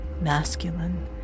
masculine